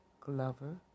Glover